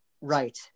Right